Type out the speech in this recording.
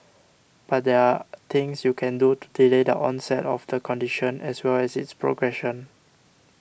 but there are things you can do to delay the onset of the condition as well as its progression